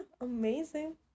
amazing